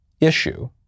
issue